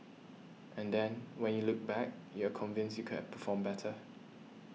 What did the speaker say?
and then when you look back you are convinced you could have performed better